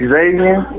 Xavier